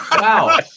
Wow